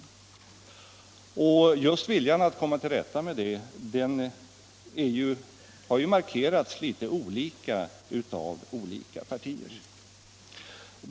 Och viljan att komma till rätta med det här har ju markerats litet olika av olika partier.